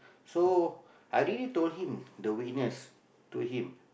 so I already told him the weakness to him